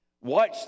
Watch